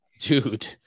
dude